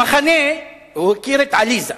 במחנה הוא הכיר את עליזה,